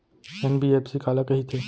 NBFC काला कहिथे?